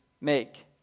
make